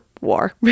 war